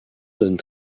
donne